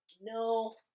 No